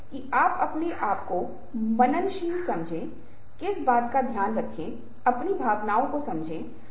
संस्कृति और सम्मेलन मैंने भारत के सांस्कृतिक संदर्भ में पुरुषों और महिलाओं के बारे में बात की